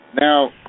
Now